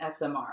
SMR